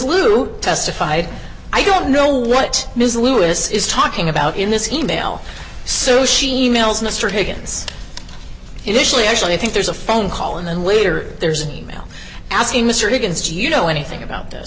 lou testified i don't know what ms lewis is talking about in this e mail so she e mailed mr higgens initially actually i think there's a phone call and then later there's a mail asking mr higgins you know anything about th